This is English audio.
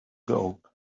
gold